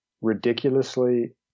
ridiculously